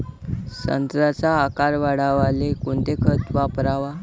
संत्र्याचा आकार वाढवाले कोणतं खत वापराव?